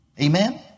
Amen